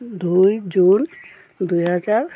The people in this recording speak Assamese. দুই জুন দুই হেজাৰ